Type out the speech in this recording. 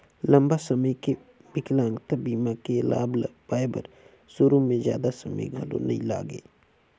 लंबा समे के बिकलांगता बीमा के लाभ ल पाए बर सुरू में जादा समें घलो नइ लागे